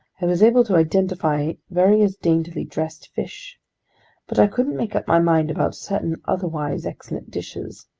i was able to identify various daintily dressed fish but i couldn't make up my mind about certain otherwise excellent dishes,